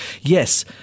yes